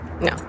No